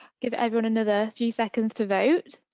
give everyone another few seconds to vote.